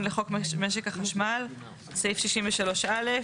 לעניין האדום,